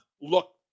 look